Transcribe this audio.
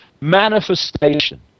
manifestation